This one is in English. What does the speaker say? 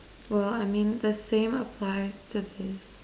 or I mean the same apply to this